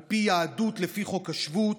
על פי יהדות לפי חוק השבות,